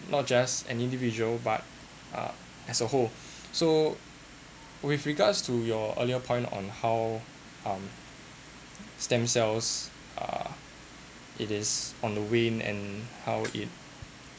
not just an individual but uh as a whole so with regards to your earlier point on how um stem cells err it is on the vein and how it